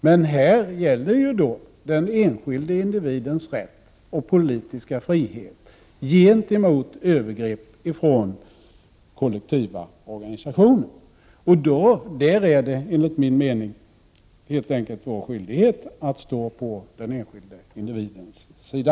Men här står den enskilde individens rätt och politiska frihet mot övergrepp från kollektiva organisationer. Där är det enligt min mening helt enkelt vår skyldighet att stå på den enskilde individens sida.